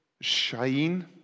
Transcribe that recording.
shine